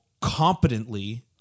Competently